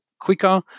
quicker